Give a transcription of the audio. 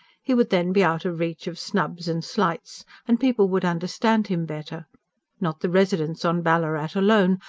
he would then be out of reach of snubs and slights, and people would understand him better not the residents on ballarat alone,